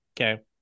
okay